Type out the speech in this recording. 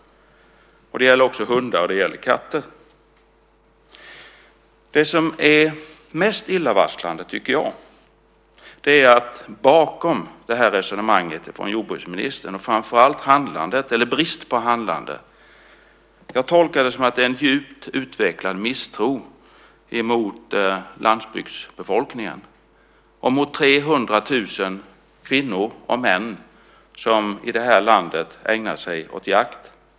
Det gäller också hundar och katter. Det som är mest illavarslande, tycker jag, är att bakom det här resonemanget från jordbruksministern, och framför allt handlandet eller bristen på handlande, tolkar jag det som att det finns en djupt utvecklad misstro mot landsbygdsbefolkningen och mot 300 000 kvinnor och män i det här landet som ägnar sig åt jakt.